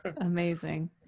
Amazing